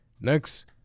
next